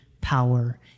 power